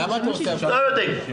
אנחנו לא יודעים.